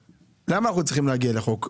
למה אנחנו צריכים להגיע לחוק?